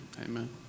amen